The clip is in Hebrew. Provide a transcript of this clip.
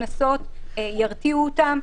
קנסות ירתיעו אותם,